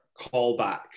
callbacks